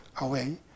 away